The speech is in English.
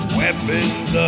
weapons